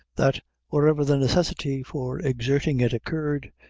that wherever the necessity for exerting it occurred,